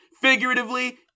Figuratively